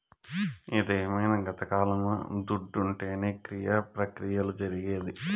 ఇదేమైన గతకాలమా దుడ్డుంటేనే క్రియ ప్రక్రియలు జరిగేది